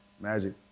Magic